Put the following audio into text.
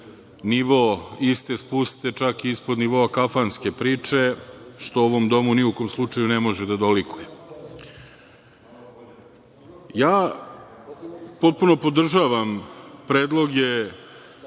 nivo iste spuste čak ispod nivoa kafanske priče, što ovom domu ni u kom slučaju ne može da dolikuje. Ja potpuno podržavam predloge